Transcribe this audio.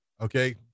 Okay